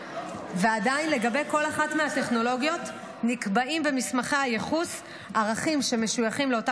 לגבי כל אחת מהטכנולוגיות נקבעים במסמכי הייחוס ערכים שמשויכים לאותה